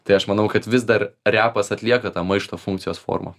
tai aš manau kad vis dar repas atlieka tą maišto funkcijos formą